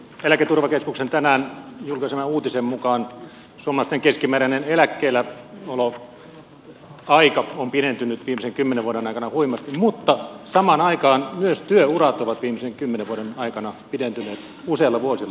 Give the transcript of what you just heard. eläketurvakeskuksen tänään julkaiseman uutisen mukaan suomalaisten keskimääräinen eläkkeelläoloaika on pidentynyt viimeisten kymmenen vuoden aikana huimasti mutta samaan aikaan myös työurat ovat viimeisten kymmenen vuoden aikana pidentyneet useilla vuosilla